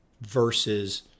versus